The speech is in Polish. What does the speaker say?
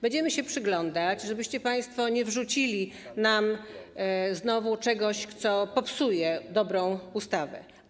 Będziemy się przyglądać, żebyście państwo nie wrzucili nam znowu czegoś, co popsuje dobrą ustawę.